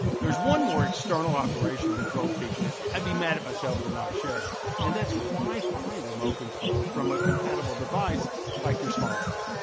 there's one more external operation control feature i'd be mad at myself for not sharing and that's wi-fi remote control from a compatible device like your smartphone.